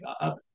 up